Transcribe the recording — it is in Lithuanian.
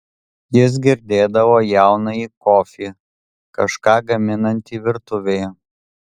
jis girdėdavo jaunąjį kofį kažką gaminantį virtuvėje